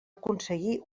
aconseguir